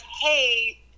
hey